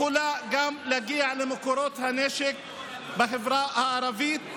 יכולה להגיע גם למקורות הנשק בחברה הערבית.